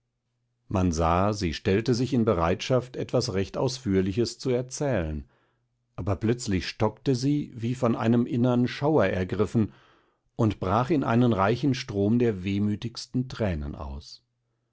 man sah sie stellte sich in bereitschaft etwas recht ausführliches zu erzählen aber plötzlich stockte sie wie von einem innern schauer ergriffen und brach in einen reichen strom der wehmütigsten tränen aus